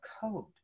code